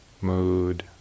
mood